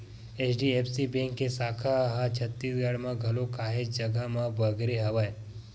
HDFC bank के साखा ह छत्तीसगढ़ म घलोक काहेच जघा म बगरे हवय